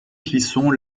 clisson